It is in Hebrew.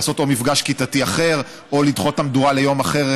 לעשות או מפגש כיתתי אחר או לדחות את המדורה ליום אחר,